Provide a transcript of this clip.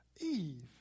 Eve